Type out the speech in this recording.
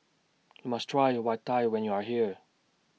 YOU must Try Vadai when YOU Are here